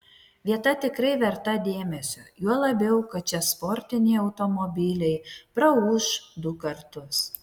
vieta tikrai verta dėmesio juo labiau kad čia sportiniai automobiliai praūš du kartus